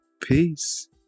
Peace